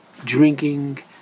drinking